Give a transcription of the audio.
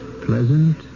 pleasant